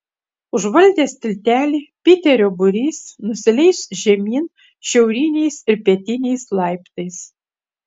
užvaldęs tiltelį piterio būrys nusileis žemyn šiauriniais ir pietiniais laiptais